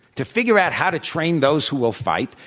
to figure out how to train those who will fight.